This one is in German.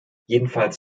jedenfalls